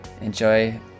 enjoy